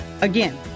Again